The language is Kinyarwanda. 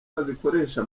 bazikoresha